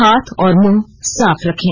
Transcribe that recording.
हाथ और मुंह साफ रखें